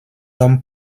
homme